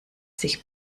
sich